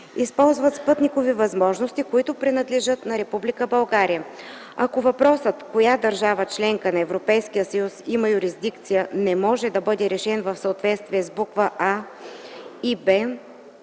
използват спътникови възможности, които принадлежат на Република България. Ако въпросът, коя държава – членка на Европейския съюз има юрисдикция не може да бъде решен в съответствие с букви „а” и